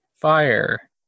fire